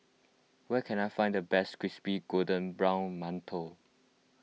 where can I find the best Crispy Golden Brown Mantou